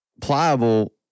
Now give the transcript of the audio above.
Pliable